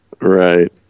right